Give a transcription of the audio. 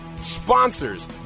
sponsors